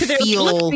feel